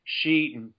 sheet